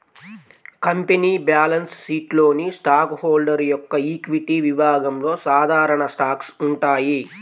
company balance షీట్లోని stock holder యొక్క equity విభాగంలో సాధారణ స్టాక్స్ ఉంటాయి